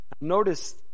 Notice